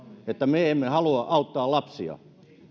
että me emme halua auttaa lapsia